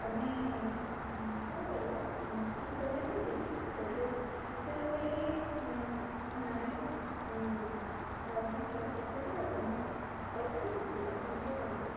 ତୁମେ କ'ଣ କରିବ କିଛି ପ୍ରୋବଲେମ୍ ହେଇଛି କି ସେଠୁ ସେ ସେଠୁ କହିଲେ କି ନାଇ ଫର୍ମ ଟା ଫିଲ୍ଅପ୍ କରିଥାନ୍ତି ଆଉ ତୁମେ କରିପାରିବ ତୁମେ ଟିକେ କରିଦିଅ